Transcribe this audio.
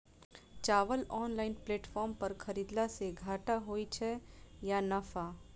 चावल online platform पर खरीदलासे घाटा होइ छै या नफा?